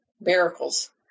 Miracles